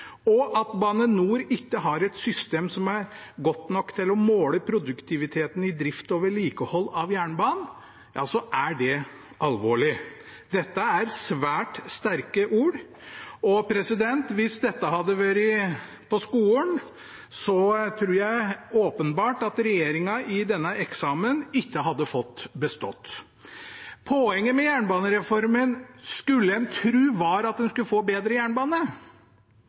og at Bane NOR ikke har et system som er godt nok til å måle produktiviteten i drift og vedlikehold av jernbanen, er det alvorlig. Dette er svært sterke ord, og hvis dette hadde vært på skolen, tror jeg ikke regjeringen hadde fått bestått på denne eksamenen. Poenget med jernbanereformen, skulle en tro, var at en skulle få bedre jernbane.